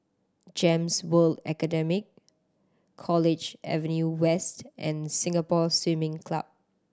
GEMS World Academy College Avenue West and Singapore Swimming Club